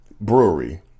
Brewery